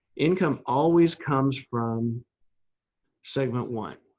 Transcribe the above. income always comes from segment one.